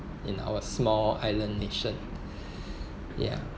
in our small island nation ya